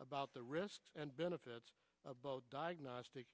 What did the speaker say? about the risks and benefits of both diagnostic